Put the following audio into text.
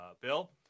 bill